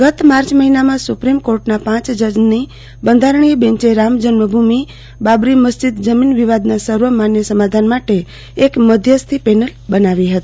ગત માર્ચ મહિનામાં સપ્રિમ કોર્ટના પાંચ જજની બંધારણોય બેન્ચે રામજન્મ ભમિ બાબરી મરિજદ જમીન વિવાદના સર્વમાન્ય સમાધાન માટે એક મધ્યસ્થી પેનલ બનાવી હતી